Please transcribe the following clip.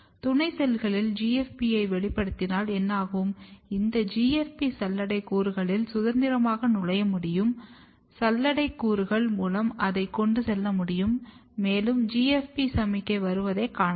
துணை செல்களில் GFPயை வெளிப்படுத்தினால் என்ன ஆகும் இந்த GFP சல்லடை கூறுகளில் சுதந்திரமாக நுழைய முடியும் சல்லடை கூறுகள் மூலம் அதை கொண்டு செல்ல முடியும் மேலும் GFP சமிக்ஞை வருவதை காணலாம்